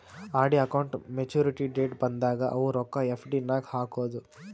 RD account maturity date ಬಂದಾಗ ಅವು ರೊಕ್ಕಾ ಎಫ್.ಡಿ ನಾಗ್ ಹಾಕದು